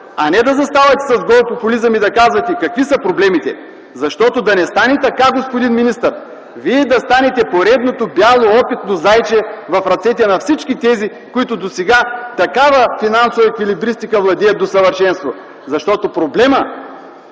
а не да заставате с гол популизъм и да казвате какви са проблемите. Да не стане така, господин министър, Вие да станете поредното бяло опитно зайче в ръцете на всички тези, които досега владеят финансовата еквилибристика до съвършенство. Защото проблемът